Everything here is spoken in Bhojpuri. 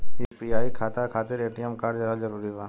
यू.पी.आई खाता खातिर ए.टी.एम कार्ड रहल जरूरी बा?